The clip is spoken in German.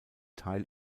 teil